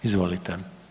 Izvolite.